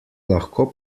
lahko